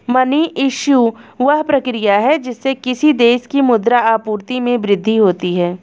money issue, वह प्रक्रिया है जिससे किसी देश की मुद्रा आपूर्ति में वृद्धि होती है